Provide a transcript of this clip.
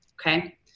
Okay